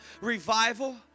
revival